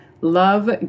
Love